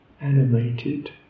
animated